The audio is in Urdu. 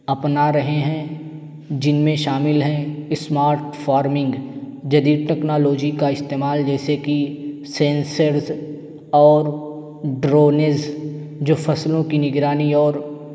اپنا رہے ہیں جن میں شامل ہیں اسمارٹ فارمنگ جدید ٹکنالوجی کا استعمال جیسے کہ سنسرز اور ڈرونز جو فصلوں کی نگرانی اور